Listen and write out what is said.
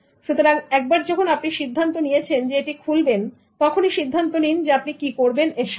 সুতরাং একবার যখন আপনি সিদ্ধান্ত নিয়েছেন যে এটি খুলবেন তখনই সিদ্ধান্ত নিন আপনি কি করবেন এর সাথে